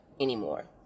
anymore